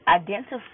identify